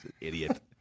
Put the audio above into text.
idiot